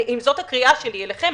אם זאת הקריאה שלי אליכם,